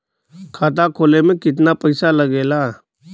खाता खोले में कितना पईसा लगेला?